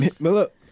Look